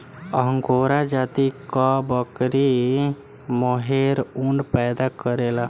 angora जाति कअ बकरी मोहेर ऊन पैदा करेले